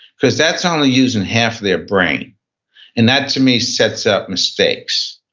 because that's only using half their brain and that, to me, sets up mistakes.